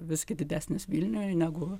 visgi didesnis vilniuje negu